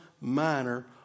minor